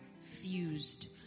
fused